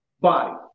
body